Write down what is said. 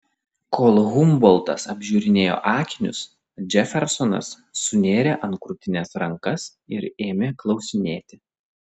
kol humboltas apžiūrinėjo akinius džefersonas sunėrė ant krūtinės rankas ir ėmė klausinėti